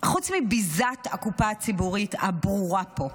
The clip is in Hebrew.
חוץ מביזת הקופה הציבורית הברורה פה,